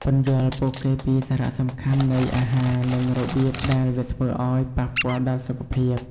ពន្យល់ពួកគេពីសារៈសំខាន់នៃអាហារ និងរបៀបដែលវាធ្វើអោយប៉ះពាល់ដល់សុខភាព ។